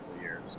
years